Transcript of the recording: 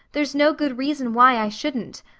there's no good reason why i shouldn't.